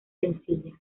sencilla